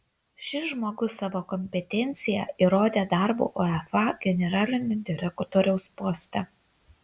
šis žmogus savo kompetenciją įrodė darbu uefa generalinio direktoriaus poste